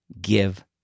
give